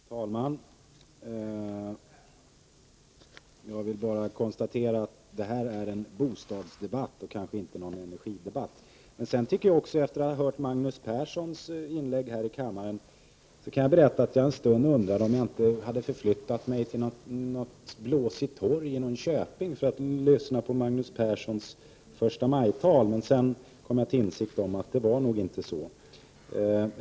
Fru talman! Jag vill bara konstatera att det här är en bostadsdebatt och inte en energidebatt. När jag hörde Magnus Perssons inlägg här i kammaren undrade jag om jag hade förflyttats till ett blåsigt torg i någon köping för att lyssna på Magnus Perssons förstamajtal, men jag kom till insikt om att det inte var så.